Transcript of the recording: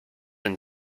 and